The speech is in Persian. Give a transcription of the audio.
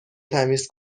تمیز